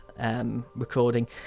Recording